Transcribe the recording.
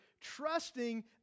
trusting